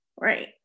Right